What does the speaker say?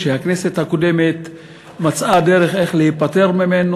שהכנסת הקודמת מצאה דרך להיפטר ממנו,